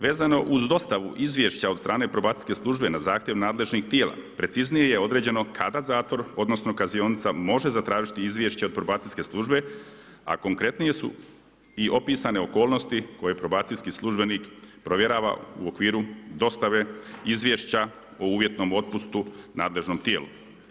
Vezano uz dostavu izvješća od strane probacijske službe na zahtjev nadležnih tijela, preciznije je određeno kada zatvor, odnosno kaznionica može zatražiti izvješće od probacijske službe, a konkretnije su i opisane okolnosti koje probacijski službenik provjerava u okviru dostave izvješća o uvjetnom dopustu nadležnom tijelu.